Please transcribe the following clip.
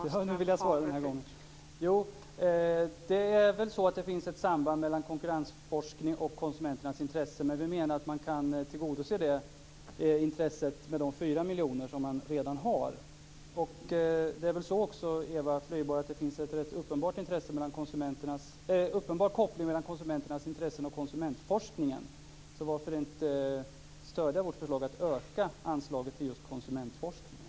Fru talman! Jo, det är väl så att det finns ett samband mellan konkurrensforskningen och konsumenternas intressen. Men vi menar att man kan tillgodose det intresset med de 4 miljoner kronor man redan har. Och det är väl också så, Eva Flyborg, att det finns en rätt uppenbar koppling mellan konsumenternas intressen och konsumentforskningen. Så varför inte stödja vårt förslag om att öka anslaget till just konsumentforskningen?